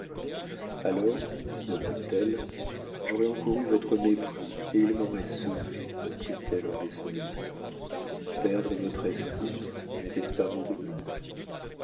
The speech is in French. alors reprit-elle j'aurais encouru votre mépris et il m'aurait sauvée reprit-elle en baissant les yeux perdre votre estime n'était-ce pas mourir